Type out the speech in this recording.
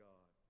God